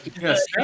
yes